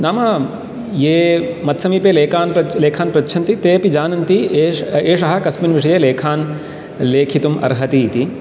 नाम ये मत्समीपे लेखन् पृच्छन्ति ते अपि जानन्ति एषः कस्मिन् विषये लेखान् लेखितुम् अर्हति इति